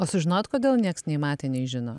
o sužinojot kodėl nieks nei matė nei žino